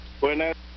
Buenas